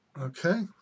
Okay